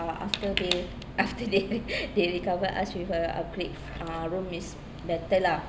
after they after they they recovered us with uh upgrade ah our room is better lah